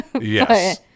Yes